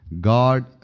God